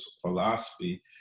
philosophy